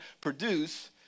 produce